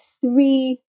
three